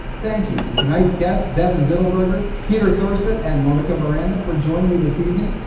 thank you to tonight's guests, devon dittelberger, peter thorsett and monica miranda for joining me this evening.